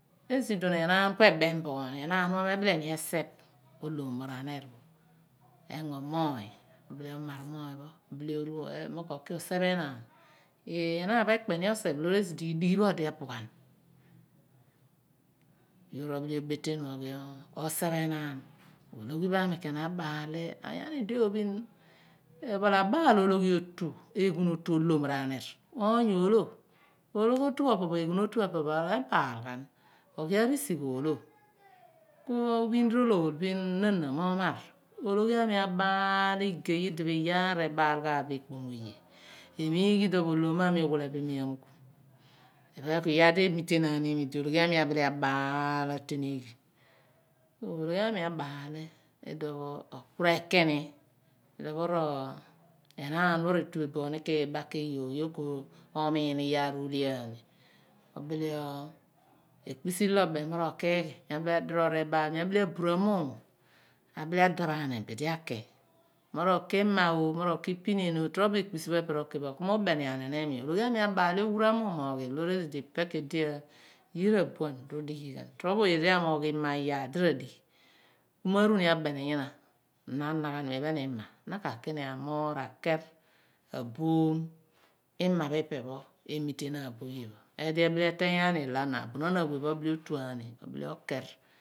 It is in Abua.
Esi iduon enaan ku ebem bo ni, enaan pho mebile ni eseph ohlom mo r'ahnir pho engo moony obile ohmar moony pho obile mo ke ki oseph enaan. Ii enaan pho ekpe ni oseph loor esi di udighi pho odi rpughan. Yoor obile obedonu oghi oseph enaan pho ologhi pho aami ken abaal ni, onyani di ophin, ophala baal ologhi eghunotu ohlom r'ahnir bu oony o/lo eghunotu pho, ologhiotu pho, iloghi re/baal hhan oghi arisigh rolo kj ophin nahna bin rolool bin mor marj, olohghi aami abaal li igey idipho iyaar rebaal gham bo ekpom oye. Emugb iduon olom mo aami uwile bo iimi amugh iphen ku iyaar di imitenaan iimi di ologhi aami abile abaal li idum pho oh re ki ni, uduon pho enaan pho rdtue bo ni kiibaki iyoor yoor ro male aghan bo ko omun iyaar ohle aani. Obile ekpisi di ibem mo rokiighi mem di adihroor abaal mi abora muum abile adaph aani buli aki. Mo ro ki ima ooh mo pinieeny ooh, torobo ekpisi lo ro ki bu ku mu ubem aani mo imi ologhi aami abaal li owara amuum oghi losi eg di ipe ku idi uira abuan rodighi ghan. Torobo oye di amoogh iyaar lo radighi ku ma beni aani nyina ku na anaghan mo iphem ima pho ipe phe emirenaan bo oye pho eedi ebile ereeny aani elo ana abunon, awe abile otu aani obile oker.